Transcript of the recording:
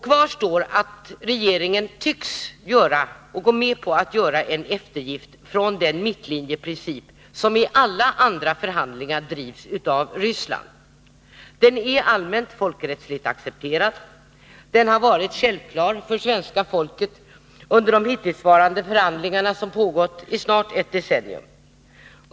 Kvar står att regeringen tycks gå med på att göra en eftergift från den mittlinjeprincip som i alla andra förhandlingar drivs av Ryssland. Den är allmänt folkrättsligt accepterad. Den har varit självklar för svenska folket under de hittillsvarande förhandlingarna, som pågått i snart ett decennium.